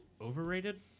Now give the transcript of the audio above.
overrated